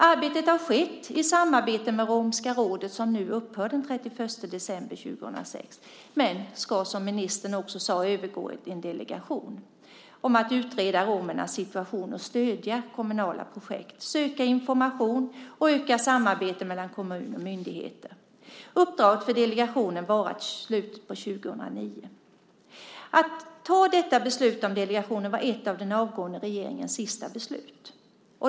Arbetet har skett i samarbete med Romska rådet, som upphör den 31 december 2006 men ska, som ministern också sade, övergå i en delegation om att utreda romers situation och stödja kommunala projekt, söka information och öka samarbete mellan kommuner och myndigheter. Uppdraget för delegationen kommer att vara slut 2009. Att ta beslut om denna delegation var ett av den avgående regeringens sista beslut.